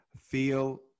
feel